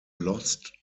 lost